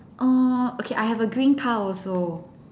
uh okay I have a green car also